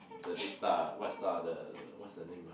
the big star what star the what is the name ah